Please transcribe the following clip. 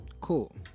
Cool